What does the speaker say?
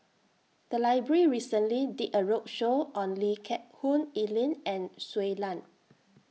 The Library recently did A roadshow on Lee Geck Hoon Ellen and Shui Lan